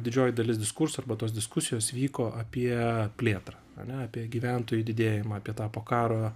didžioji dalis diskurso arba tos diskusijos vyko apie plėtrą ane apie gyventojų didėjimą apie tą po karo